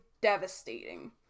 devastating